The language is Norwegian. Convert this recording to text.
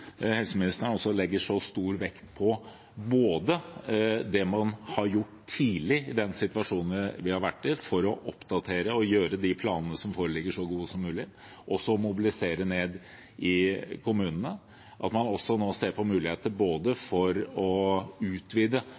helseministeren også legger så stor vekt på det man har gjort tidlig i den situasjonen vi har vært i, for å oppdatere og gjøre de planene som foreligger, så gode som mulig, og også å mobilisere kommunene, og at man nå også ser på muligheter for å utvide